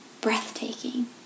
breathtaking